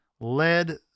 led